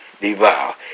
devour